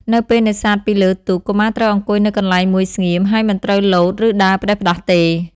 នៅពេលនេសាទពីលើ ទូក កុមារត្រូវអង្គុយនៅកន្លែងមួយស្ងៀម ហើយមិនត្រូវលោត ឬដើរផ្ដេសផ្ដាសទេ។